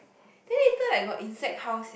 then later like got insect how sia